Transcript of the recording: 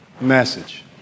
message